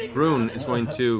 groon is going to